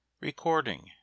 Recording